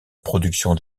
production